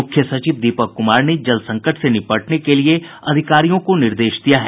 मुख्य सचिव दीपक कुमार ने जल संकट से निपटने के लिए अधिकारियों को निर्देश दिया है